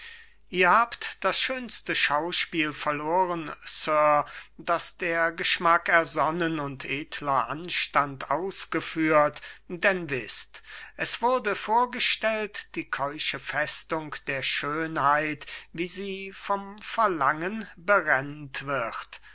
ihr habt das schönste schauspiel verloren sir das der geschmack ersonnen und edler anstand ausgeführt denn wißt es wurde vorgestellt die keusche festung der schönheit wie sie vom verlangen berennt wird